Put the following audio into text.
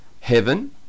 Heaven